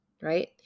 right